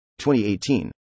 2018